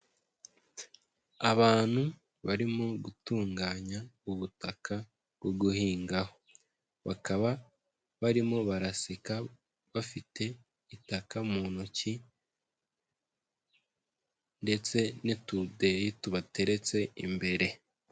Abantu barimo gutunganya ubutaka bwo guhingaho. Bakaba barimo baraseka bafite itaka mu ntoki ndetse n'utudeyi tubateretse imbere.